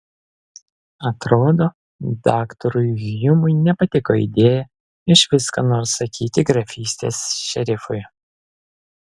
atrodo daktarui hjumui nepatiko idėja išvis ką nors sakyti grafystės šerifui